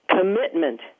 commitment